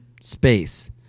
space